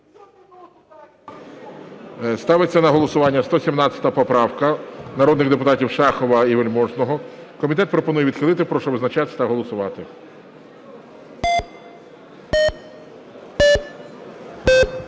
Ставиться на голосування 117 поправка народних депутатів Шахова і Вельможного. Комітет пропонує відхилити. Прошу визначатися та голосувати.